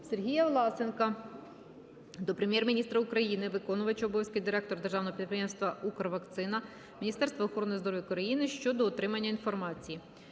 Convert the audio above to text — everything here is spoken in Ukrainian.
Сергія Власенка до Прем'єр-міністра України, виконувача обов'язків директора державного підприємства "Укрвакцина" Міністерства охорони здоров'я України щодо отримання інформації.